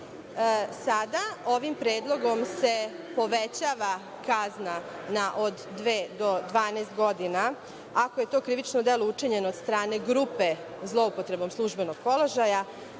Sada ovim predlogom se povećava kazna od dve do 12 godina, ako je to krivično delo učinjeno od strane grupe zloupotrebom službenog položaja,